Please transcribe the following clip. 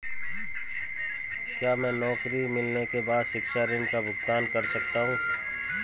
क्या मैं नौकरी मिलने के बाद शिक्षा ऋण का भुगतान शुरू कर सकता हूँ?